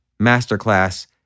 masterclass